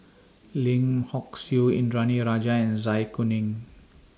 Lim Hock Siew Indranee Rajah and Zai Kuning